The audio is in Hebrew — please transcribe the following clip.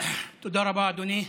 תודה רבה, אדוני.